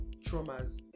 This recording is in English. traumas